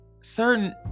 Certain